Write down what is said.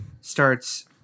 starts